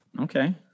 Okay